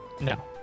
No